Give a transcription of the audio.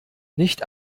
nicht